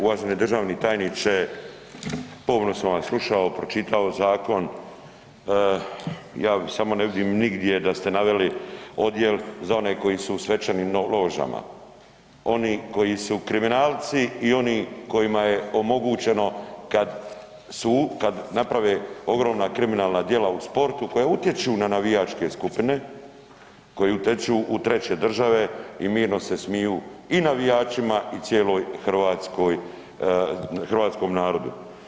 Uvaženi državni tajniče, pomno sam vas slušao, pročitao zakon, ja samo ne vidim nigdje da ste naveli odjel za one koji su u svečanim ložama, oni koji su kriminalci i oni kojima je omogućeno kad su, kad naprave ogromna kriminalna dijela u sportu koja utječu na navijačke skupine koje uteču u treće države i mirno se smiju i navijačima i cijeloj Hrvatskoj, hrvatskom narodu.